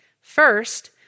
First